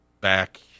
back